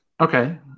okay